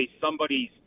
somebody's